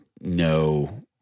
no